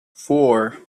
four